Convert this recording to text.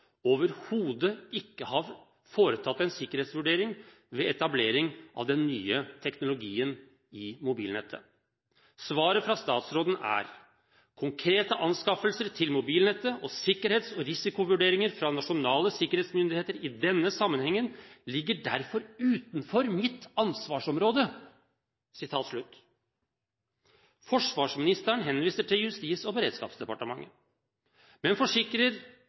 overhodet ikke har foretatt en sikkerhetsvurdering ved etableringen av den nye teknologien i mobilnettet. Svaret fra statsråden er: «Konkrete anskaffelser til mobilnettet, og sikkerhets- og risikovurderinger fra nasjonale sikkerhetsmyndigheter i denne sammenheng, ligger derfor utenfor mitt ansvarsområde.» Forsvarsministeren henviser til Justis- og beredskapsdepartementet, men forsikrer: